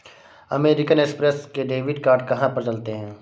American Express के debit card कहाँ पर चलते हैं?